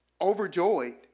overjoyed